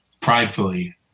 pridefully